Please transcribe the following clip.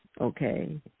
okay